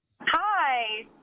Hi